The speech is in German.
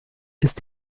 ist